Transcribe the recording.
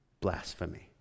blasphemy